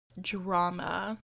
drama